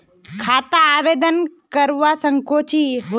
खाता आवेदन करवा संकोची?